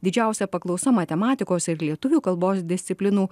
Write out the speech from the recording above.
didžiausia paklausa matematikos ir lietuvių kalbos disciplinų